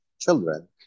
children